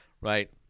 right